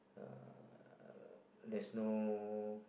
uh there's no